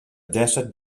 dèsset